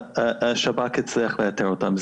שב"כ הצליח לאתר אותם.